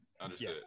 Understood